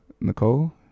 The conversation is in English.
Nicole